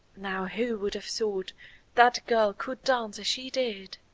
now who would have thought that girl could dance as she did?